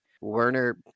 Werner